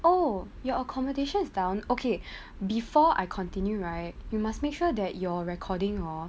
oh your accommodation is down okay before I continue right you must make sure that your recording hor